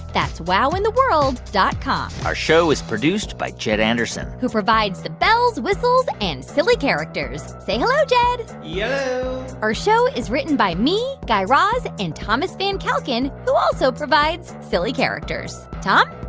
that's wowintheworld dot com our show is produced by jed anderson who provides the bells, whistles and silly characters. say hello, jed yello yeah our show is written by me, guy raz and thomas van kalken, who also provides silly characters. tom?